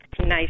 nice